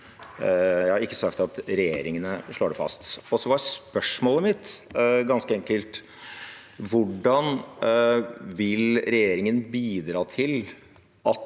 Jeg har ikke sagt at regjeringene slår det fast. Og så var spørsmålet mitt ganske enkelt: Hvordan vil regjeringen bidra til at